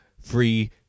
free